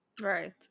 Right